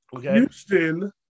Houston